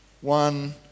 One